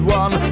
one